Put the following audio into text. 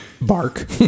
bark